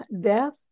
death